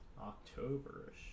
october-ish